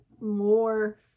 more